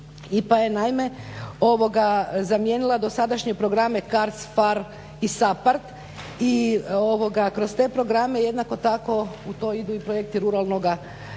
IPA je naime zamijenila dosadašnje programe CARDS, PHARE i SAPARD i kroz te programe jednako tako u to idu i projekti ruralnoga razvoja.